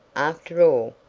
after all,